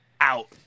out